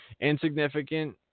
Insignificant